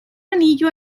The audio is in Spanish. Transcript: anillo